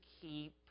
keep